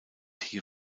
hier